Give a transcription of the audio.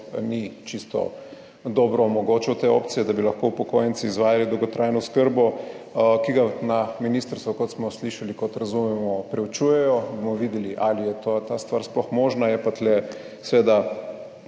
ni čisto dobro omogočal te opcije, da bi lahko upokojenci izvajali dolgotrajno oskrbo, ki ga na ministrstvu, kot smo slišali, kot razumemo, preučujejo; bomo videli ali je ta stvar sploh možna. Je pa tu seveda